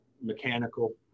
mechanical